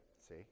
See